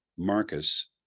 Marcus